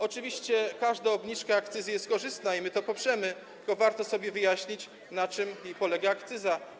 Oczywiście każda obniżka akcyzy jest korzystna i my to poprzemy, tylko warto sobie wyjaśnić, na czym polega akcyza.